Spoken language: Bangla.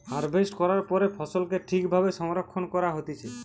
হারভেস্ট করার পরে ফসলকে ঠিক ভাবে সংরক্ষণ করা হতিছে